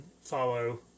follow